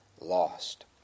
lost